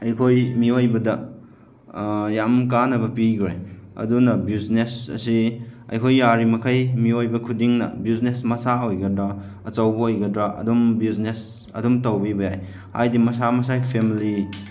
ꯑꯩꯈꯣꯏ ꯃꯤꯑꯣꯏꯕꯗ ꯌꯥꯝ ꯀꯥꯟꯅꯕ ꯄꯤꯈ꯭ꯔꯦ ꯑꯗꯨꯅ ꯕꯤꯖꯤꯅꯦꯁ ꯑꯁꯤ ꯑꯩꯈꯣꯏ ꯌꯥꯔꯤ ꯃꯈꯩ ꯃꯤꯑꯣꯏꯕ ꯈꯨꯗꯤꯡꯅ ꯕꯤꯖꯤꯅꯦꯁ ꯃꯆꯥ ꯑꯣꯏꯒꯗ꯭ꯔꯥ ꯑꯆꯧꯕ ꯑꯣꯏꯒꯗ꯭ꯔꯥ ꯑꯗꯨꯝ ꯕꯤꯖꯤꯅꯦꯁ ꯑꯗꯨꯝ ꯇꯧꯕꯤꯕ ꯌꯥꯏ ꯍꯥꯏꯗꯤ ꯃꯁꯥ ꯃꯁꯥꯒꯤ ꯐꯦꯃꯤꯂꯤ